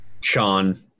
Sean